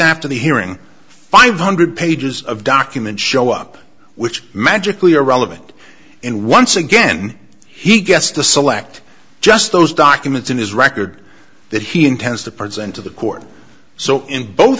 after the hearing five hundred pages of documents show up which magically are relevant and once again he gets to select just those documents in his record that he intends to present to the court so in both